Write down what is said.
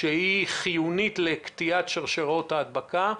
שהיא חיונית לקטיעת שרשראות ההדבקה,